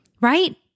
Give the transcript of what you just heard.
right